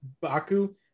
Baku